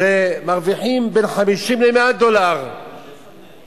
שמרוויחים בהן בין 50 ל-100 דולר בחודש,